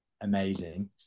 amazing